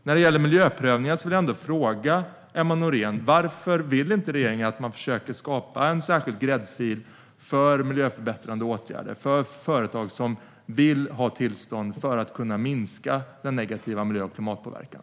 När det gäller miljöprövningen vill jag fråga Emma Nohrén: Varför vill inte regeringen att man försöker skapa en särskild gräddfil för miljöförbättrande åtgärder och för företag som vill ha tillstånd för att kunna minska den negativa miljö och klimatpåverkan?